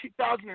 2000